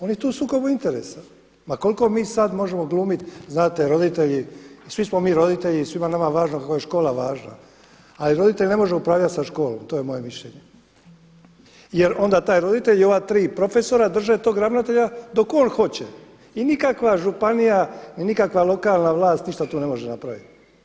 On je tu u sukobu interesa ma koliko mi sada možemo glumiti znate roditelji, svi smo mi roditelji, svima je nama važno, škola je važna ali roditelj ne može upravljati školom, to je moje mišljenje jer onda taj roditelj i ova tri profesora drže tog ravnatelja dok on hoće i nikakva županija, i nikakva lokalna vlast ništa tu ne može napraviti.